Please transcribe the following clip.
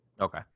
Okay